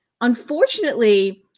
unfortunately